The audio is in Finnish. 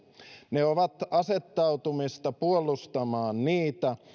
ne ovat asettautumista puolustamaan niitä